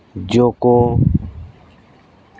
ᱡᱚ ᱠᱚ